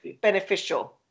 beneficial